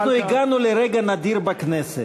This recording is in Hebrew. אנחנו הגענו לרגע נדיר בכנסת,